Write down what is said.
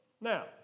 Now